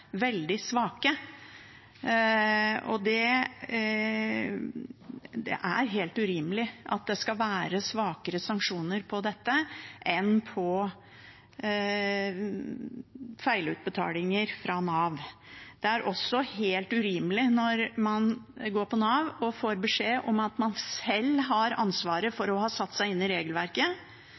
veldig svake, og det er helt urimelig at det skal være svakere sanksjoner for dette enn for feilutbetalinger fra Nav. Det er også helt urimelig når man går på Nav og får beskjed om at man selv har ansvaret for å ha satt seg inn i regelverket,